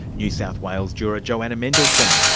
new south wales juror joanna mendelssohn,